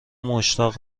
مشتاق